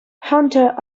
hunter